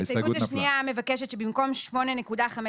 ההסתייגות השנייה מבקשת שבמקום "8.51